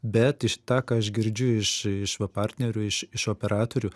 bet iš tą ką aš girdžiu iš iš va partnerių iš iš operatorių